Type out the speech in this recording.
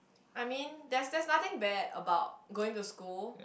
I mean there's there's nothing bad about going to school